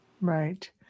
right